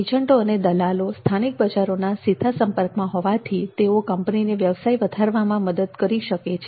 એજન્ટો અને દલાલો સ્થાનિક બજારોના સીધા સંપર્કમાં હોવાથી તેઓ કંપનીને વ્યવસાય વધારવામાં મદદ કરી શકે છે